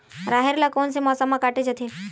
राहेर ल कोन से मौसम म काटे जाथे?